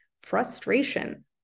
frustration